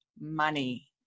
money